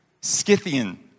Scythian